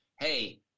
hey